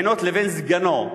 הבחינות לבין סגנו,